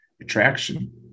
attraction